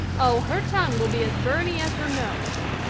oh, her tongue will be as byrney as her nose.